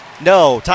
No